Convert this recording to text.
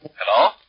Hello